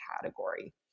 category